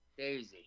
Daisy